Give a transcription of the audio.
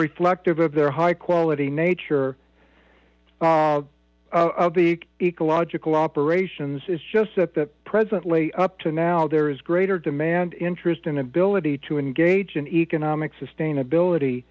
reflective of their high quality nature of the ecological operations it's just that that presently up to now there is greater demand interest and ability to engage in economic sustainability